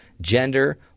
gender